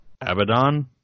Abaddon